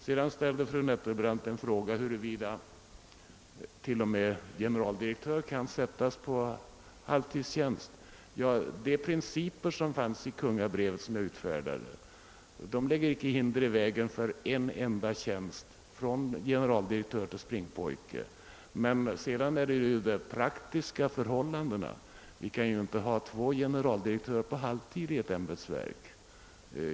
Fru Nettelbrandt frågade, huruvida även en generaldirektör kan ha halvtidstjänst. De principer som angavs i det kungabrev jag lät utfärda lägger inte hinder i vägen för att någon tjänst — från generaldirektör till springpojke — görs till halvtidstjänst. Men man måste naturligtvis ta hänsyn till de praktiska förhållandena. Vi kan ju inte i ett ämbetsverk ha två generaldirektörer på halvtid.